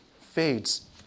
fades